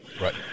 Right